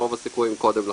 רוב הסיכויים שקודם לכן.